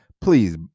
please